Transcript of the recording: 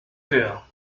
cœur